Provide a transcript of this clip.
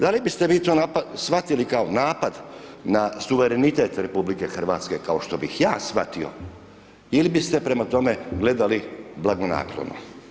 Da li biste vi to shvatili kao napad na suverenitet RH kao što bih ja shvatio ili biste prema tome gledali blagonaklono?